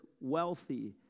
wealthy